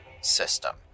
system